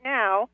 now